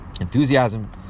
Enthusiasm